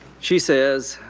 she says,